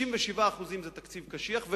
97% זה תקציב קשיח.